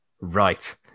Right